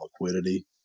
liquidity